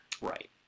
Right